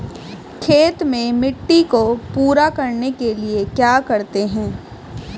खेत में मिट्टी को पूरा करने के लिए क्या करते हैं?